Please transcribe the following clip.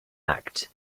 act